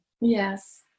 Yes